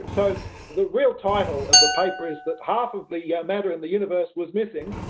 so the real title of the paper is that half of the yeah matter in the universe was missing,